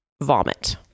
vomit